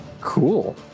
cool